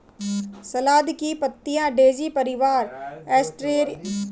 सलाद की पत्तियाँ डेज़ी परिवार, एस्टेरेसिया का एक वार्षिक पौधा है